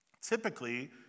Typically